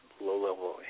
low-level